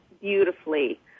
beautifully